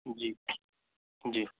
जी जी